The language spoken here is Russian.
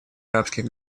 арабских